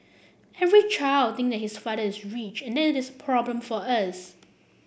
every child think his father is rich and that is a problem for us